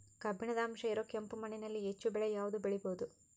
ಕಬ್ಬಿಣದ ಅಂಶ ಇರೋ ಕೆಂಪು ಮಣ್ಣಿನಲ್ಲಿ ಹೆಚ್ಚು ಬೆಳೆ ಯಾವುದು ಬೆಳಿಬೋದು?